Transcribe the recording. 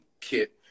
kit